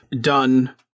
done